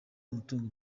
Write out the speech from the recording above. umutungo